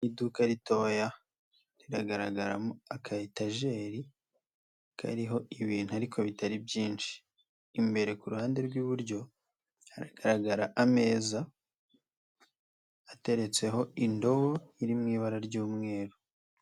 Iduka ritoya riragaragaramo akayetajeri kariho ibintu ariko bitari byinshi, imbere ku ruhande rw'iburyo haragaragara ameza ateretseho indobo iri mu ibara ry'umweru.